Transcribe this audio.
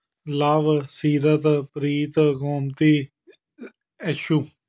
ਲਵ Seerat Preet Gomti Ashu